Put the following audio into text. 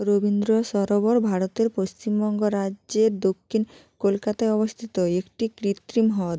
রবীন্দ্র সরোবর ভারতের পশ্চিমবঙ্গ রাজ্যের দক্ষিণ কলকাতায় অবস্থিত একটি কৃত্রিম হদ